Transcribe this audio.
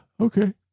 okay